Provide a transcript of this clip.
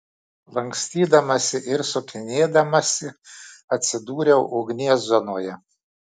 lankstydamasi ir sukinėdamasi atsidūriau ugnies zonoje